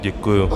Děkuju.